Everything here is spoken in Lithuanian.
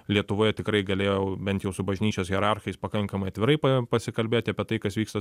lietuvoje tikrai galėjo bent jau su bažnyčios hierarchais pakankamai atvirai pasikalbėti apie tai kas vyksta